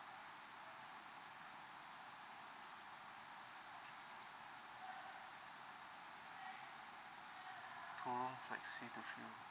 two room flexi to